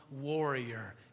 warrior